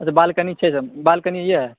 अच्छा बालकनी यऽ